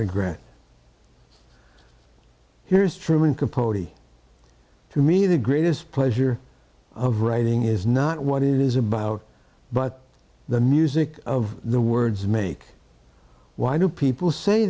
regret here's truman capote to me the greatest pleasure of writing is not what it is about but the music of the words make why do people say